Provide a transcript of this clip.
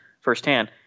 firsthand